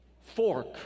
fork